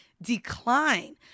decline